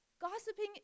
Gossiping